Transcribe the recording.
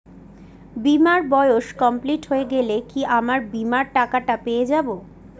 বীমার বয়স কমপ্লিট হয়ে গেলে কি আমার বীমার টাকা টা পেয়ে যাবো?